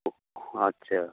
ও আচ্ছা